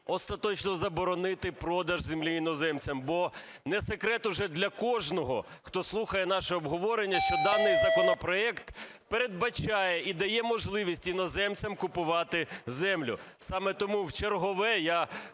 остаточно заборонити продаж землі іноземцям. Бо не секрет уже для кожного, хто слухає наше обговорення, що даний законопроект передбачає і передає можливість іноземцям купувати землю. Саме тому вчергове я